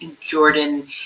Jordan